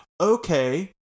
Okay